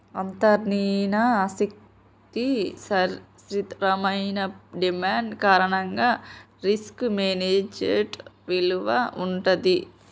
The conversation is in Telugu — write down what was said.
అంతర్లీన ఆస్తికి స్థిరమైన డిమాండ్ కారణంగా రిస్క్ మేనేజ్మెంట్ విలువ వుంటది